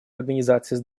организацией